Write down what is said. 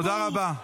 תודה רבה.